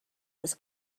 was